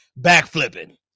backflipping